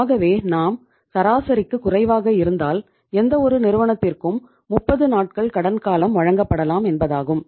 ஆகவே நாம் சராசரிக்குக் குறைவாக இருந்தால் எந்தவொரு நிறுவனத்திற்கும் 30 நாட்கள் கடன் காலம் வழங்கப்படலாம் என்பதாகும்